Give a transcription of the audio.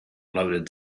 loaded